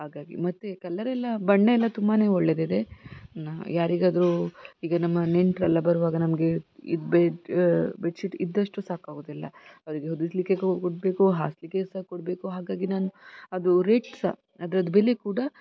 ಹಾಗಾಗಿ ಮತ್ತು ಕಲರೆಲ್ಲ ಬಣ್ಣಯೆಲ್ಲ ತುಂಬಾ ಒಳ್ಳೆಯದಿದೆ ನಾನು ಯಾರಿಗಾದ್ರೂ ಈಗ ನಮ್ಮ ನೆಂಟರೆಲ್ಲ ಬರುವಾಗ ನಮಗೆ ಇದು ಬಿಡು ಬೆಡ್ಶೀಟ್ ಇದ್ದಷ್ಟು ಸಾಕಾಗೋದಿಲ್ಲ ಅವರಿಗೆ ಹೊದಿಸ್ಲಿಕ್ಕೆ ಕು ಕೊಡಬೇಕು ಹಾಸಲಿಕ್ಕೆ ಸಹ ಕೊಡಬೇಕು ಹಾಗಾಗಿ ನಾನು ಅದು ರೇಟ್ ಸಹ ಅದರದ್ದು ಬೆಲೆ ಕೂಡ